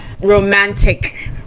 romantic